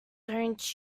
don’t